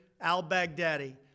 al-Baghdadi